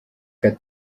reka